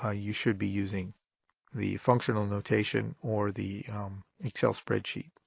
ah you should be using the functional notation or the excel spreadsheet.